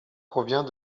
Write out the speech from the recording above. provient